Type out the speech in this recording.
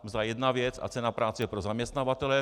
Mzda je jedna věc a cena práce je pro zaměstnavatele.